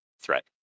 threat